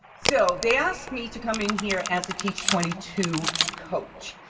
so they asked me to come in here as a teach twenty two coach,